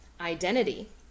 identity